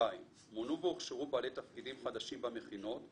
מונו והוכשרו בעלי תפקידים חדשים במכינות,